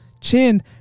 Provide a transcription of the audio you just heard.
chin